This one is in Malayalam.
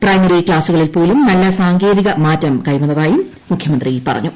പ്രൈമറി ക്ലാസുകളിൽ പോലും നല്ല സാങ്കേതിക മാറ്റം കൈവന്നതായും മുഖ്യമന്ത്രി പറഞ്ഞു